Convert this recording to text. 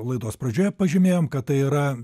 laidos pradžioje pažymėjom kad tai yra